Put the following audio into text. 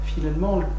finalement